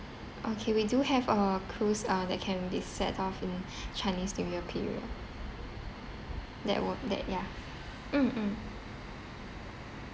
okay we do have a cruise uh that can be set off in chinese new year period that will that ya mm mm